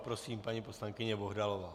Prosím, paní poslankyně Bohdalová.